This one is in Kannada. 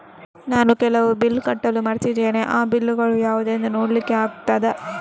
ನಾನು ಕೆಲವು ಬಿಲ್ ಕಟ್ಟಲು ಮರ್ತಿದ್ದೇನೆ, ಆ ಬಿಲ್ಲುಗಳು ಯಾವುದೆಂದು ನೋಡ್ಲಿಕ್ಕೆ ಆಗುತ್ತಾ?